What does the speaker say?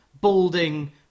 balding